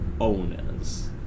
owners